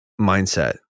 mindset